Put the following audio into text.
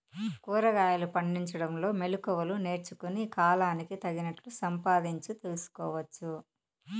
కూరగాయలు పండించడంలో మెళకువలు నేర్చుకుని, కాలానికి తగినట్లు సంపాదించు తెలుసుకోవచ్చు